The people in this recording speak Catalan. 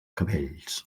cabells